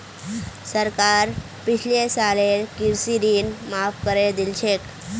सरकार पिछले सालेर कृषि ऋण माफ़ करे दिल छेक